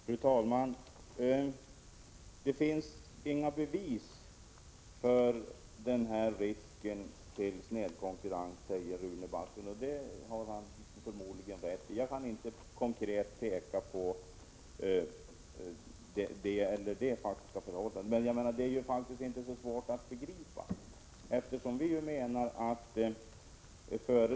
Fru talman! Det finns inga bevis för att det föreligger en risk för snedkonkurrens, säger Rune Backlund. Det har han förmodligen rätt i. Jag kan inte peka på det eller det konkreta förhållandet, men det är inte särskilt svårt att begripa att risken finns. Vi menar att om ett företag har Prot.